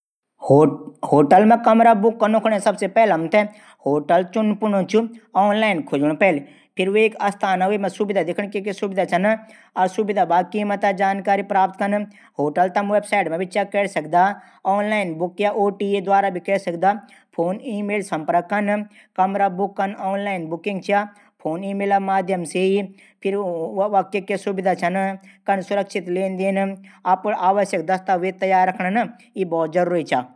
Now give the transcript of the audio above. होटल मा कमरा बुक कनु कुनै। सबसे पैली हमथै होटल चुन चैणू चा। आनलाईन खूजण पैली। फिर सुविधा दिखण पैली। क्या क्या सुविधा छन। फिर कीमत पता कन। होटल बारे मा वैवसाइट पर चैक कन। आनलाइन या ओटटी से कै सकदा। ईमेल संपर्क कन।